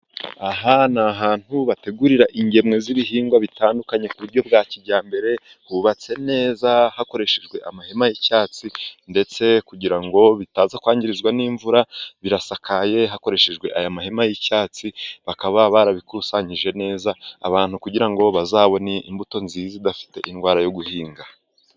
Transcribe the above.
Aha ni ahantu bategurira ingemwe z'ibihingwa bitandukanye ku buryo bwa kijyambere, hubatse neza hakoreshejwe amahema y'icyatsi ndetse kugira ngo bitaza kwangizwa n'imvura birasakaye hakoreshejwe aya mahema y'icyatsi. Bakaba barabikusanyije neza ahantu kugira ngo bazabone imbuto nziza idafite indwara yo guhinga.